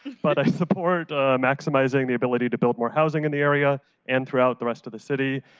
but i support maximizing the ability to build more housing in the area and throughout the rest of the city,